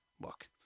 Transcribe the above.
look